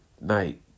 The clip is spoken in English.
night